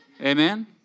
Amen